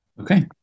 Okay